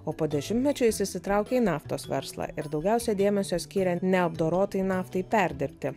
o po dešimtmečio jis įsitraukė į naftos verslą ir daugiausia dėmesio skyrė neapdorotai naftai perdirbti